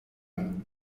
mną